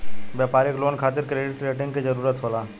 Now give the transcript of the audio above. व्यापारिक लोन खातिर credit rating के जरूरत होला